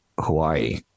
Hawaii